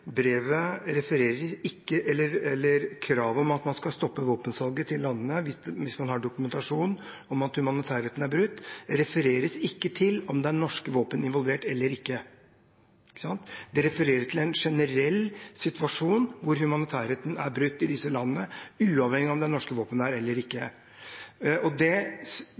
Brevet refererer ikke til kravet om at man skal stanse våpensalget til landene hvis man har dokumentasjon på at humanitærretten er brutt. Det refereres ikke til om det er norske våpen involvert eller ikke. Det refereres til en generell situasjon hvor humanitærretten er brutt i disse landene, uavhengig av om det er norske våpen der eller ikke. Det